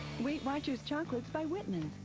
weight watchers chocolates by whitman.